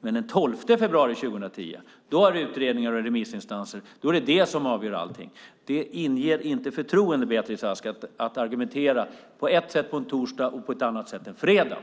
men den 12 februari 2010 är det utredningar och remissinstanser som avgör allting. Det inger inte förtroende, Beatrice Ask, att argumentera på ett sätt på en torsdag och på ett annat sätt en fredag.